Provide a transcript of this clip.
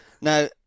Now